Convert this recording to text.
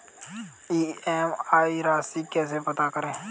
EMI राशि कैसे पता करें?